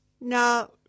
Now